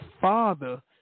father